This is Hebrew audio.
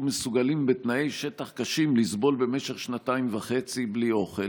מסוגלים בתנאי שטח קשים לסבול במשך שנתיים וחצי בלי אוכל,